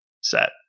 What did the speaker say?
set